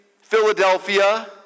Philadelphia